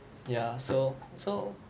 ya so so